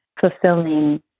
fulfilling